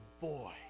boy